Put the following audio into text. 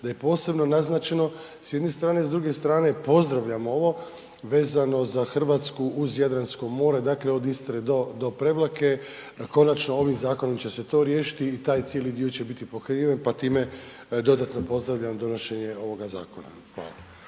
da je posebno naznačeno s jedne strane. S druge strane pozdravljamo ovo vezano za Hrvatsku uz Jadransko more, dakle od Istre do Prevlake. Konačno ovim zakonom će se to riješiti i taj cijeli dio će biti pokriven pa time dodatno pozdravljam donošenje ovoga zakona. Hvala.